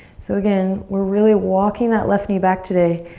so again, we're really walking that left knee back today.